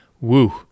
Woo